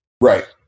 Right